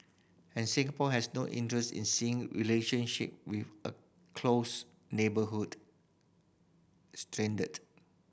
and Singapore has no interest in seeing relationship with a close neighborhood